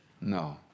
No